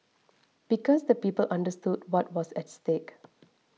because the people understood what was at stake